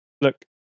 Look